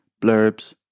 blurbs